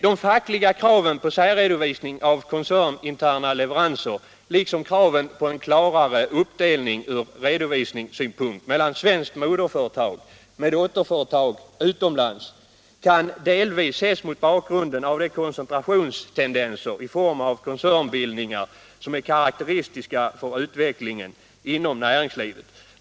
De fackliga kraven på särredovisning av koncerninterna leveranser liksom kraven på en från redovisningssynpunkt klarare uppdelning mellan svenskt moderföretag och dess dotterföretag utomlands kan delvis ses mot bakgrunden av de koncentrationstendenser i form av koncernbildningar o. d. som är karakteristiska för utvecklingen inom näringslivet.